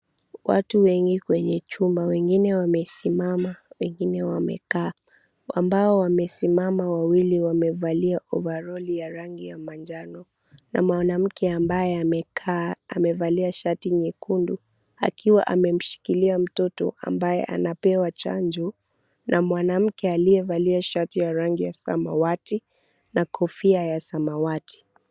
Watu wengi kwenye chumba. Wengine wamesimama, wengine wamekaa. Ambao wamesimama, wawili wamevalia ovaroli ya rangi ya manjano na mwanamke ambaye amekaa amevalia shati nyekundu akiwa amemshikilia mtoto ambaye anapewa chanjo na mwanamke aliyevalia shati ya rangi ya samawati na kofia ya samawati.